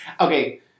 okay